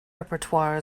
repertoire